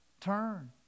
Turn